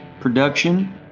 Production